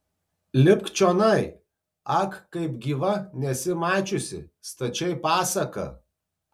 lipk čionai ak kaip gyva nesi mačiusi stačiai pasaka